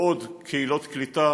ובעוד קהילות קליטה.